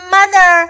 Mother